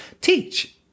teach